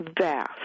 vast